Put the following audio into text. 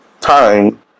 time